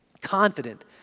confident